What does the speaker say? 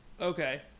okay